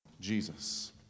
Jesus